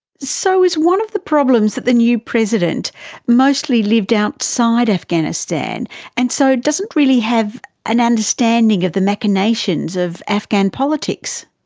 so is one of the problems that the new president mostly lived outside afghanistan and so doesn't really have an understanding of the machinations of afghan politics?